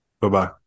bye-bye